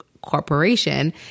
corporation